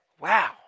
wow